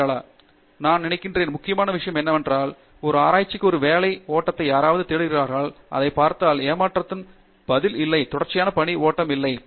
டங்கிராலா நான் நினைக்கிறேன் முக்கியமான விஷயம் என்னவென்றால் ஒரு ஆராய்ச்சிக்கு ஒரு வேலை ஓட்டத்தை யாராவது தேடுகிறார்களோ அதைப் பார்த்தால் ஏமாற்றும் பதில் இல்லை தொடர்ச்சியான பணி ஓட்டம் இல்லை